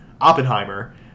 Oppenheimer